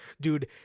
Dude